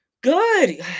Good